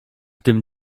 tym